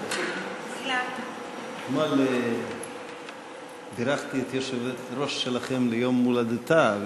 אתמול בירכתי את היושבת-ראש שלכם ליום-הולדתה.